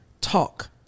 talk